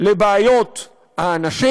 לבעיות האנשים